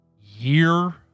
year